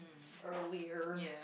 earlier